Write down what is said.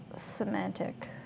semantic